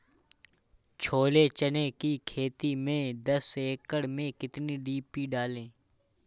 छोले चने की खेती में दस एकड़ में कितनी डी.पी डालें?